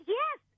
yes